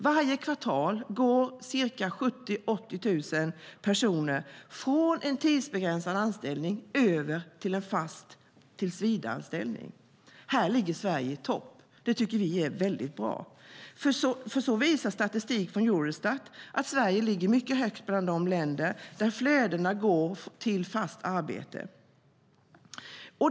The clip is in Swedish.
Varje kvartal går 70 000-80 000 personer över från en tidsbegränsad anställning till en fast tillsvidareanställning. Här ligger Sverige i topp. Vi tycker att det är mycket bra. Statistik från Eurostat visar att Sverige ligger mycket högt bland de länder där flödena går till fast arbete.